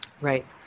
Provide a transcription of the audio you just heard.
Right